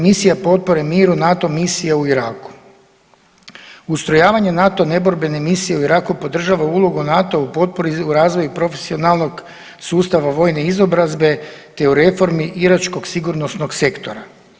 Misija potpore miru „NATO misiji u Iraku“, ustrojavanje NATO neborbene misije u Iraku podržava ulogu NATO-a u potpori i razvoju profesionalnog sustava vojne izobrazbe te u reformi iračkog sigurnosnog sektora.